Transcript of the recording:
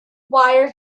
wire